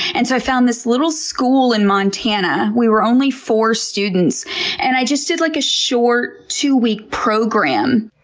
and so i found this little school in montana we were only four students and i just did like a short two-week program.